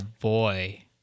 boy